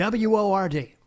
WORD